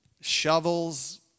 shovels